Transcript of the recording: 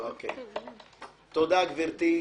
תודה, גברתי.